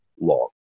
long